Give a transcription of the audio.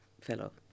fellow